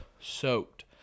Soaked